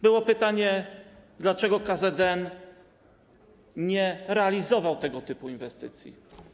Było pytanie, dlaczego KZN nie realizował tego typu inwestycji.